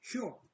Sure